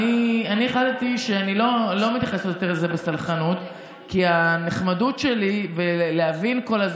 שהחליט שהוא לא מגיע לפתוח את השדולה שהוא התחייב לפתוח מחר,